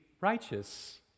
righteous